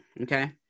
Okay